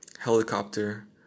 helicopter